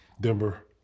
Denver